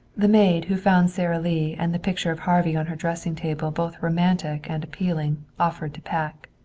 the maid, who found sara lee and the picture of harvey on her dressing table both romantic and appealing, offered to pack.